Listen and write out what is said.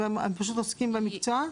הם פשוט עוסקים במקצוע?